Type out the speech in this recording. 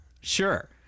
Sure